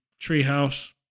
treehouse